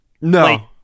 no